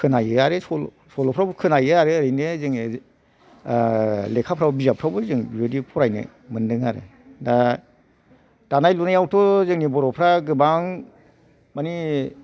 खोनायो आरो सल' सल'फ्रावबो खोनायो आरो जोङो ओह लेखाफ्राव बिजाबफ्रावबो जों बेबायदि फरायनो मोनबोदों आरो दा दानाय लुनायावथ' जोंनि बर'फ्रा गोबां मानि